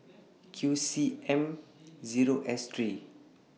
Q C M Zero S three